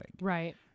right